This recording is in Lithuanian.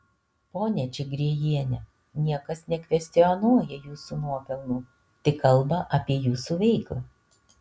ponia čigriejiene niekas nekvestionuoja jūsų nuopelnų tik kalba apie jūsų veiklą